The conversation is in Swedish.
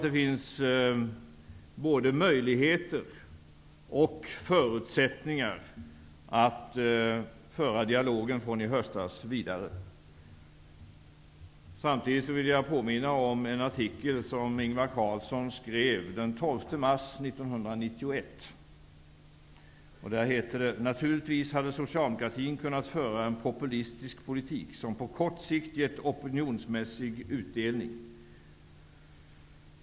Det finns både möjligheter och förutsättningar att föra dialogen från i höstas vidare. Jag vill samtidigt påminna om en artikel som Ingvar Carlsson skrev i DN den 12 mars 1991. Där heter det: ''Naturligtvis hade socialdemokratin kunnat föra en populistisk politik som på kort sikt gett opinionsmässig utdelning.